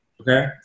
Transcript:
Okay